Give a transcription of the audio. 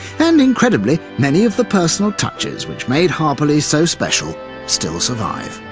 and incredibly many of the personal touches which made harperley so special still survive.